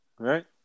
Right